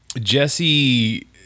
Jesse